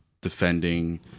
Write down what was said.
defending